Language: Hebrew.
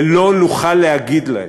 ולא נוכל להגיד להם,